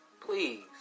Please